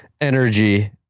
energy